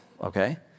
okay